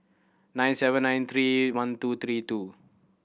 nine seven five three one two three two